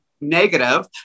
negative